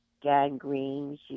gangrene